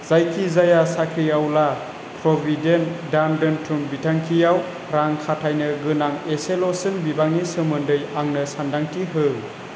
जायखिजाया साख्रिआवला provident fund दोन्थुम बिथांखियाव रां खाथायनो गोनां इसेल'सिन बिबांनि सोमोन्दै आंनो सानदांथि हो